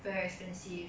very expensive